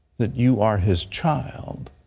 that you are his child,